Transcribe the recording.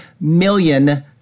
million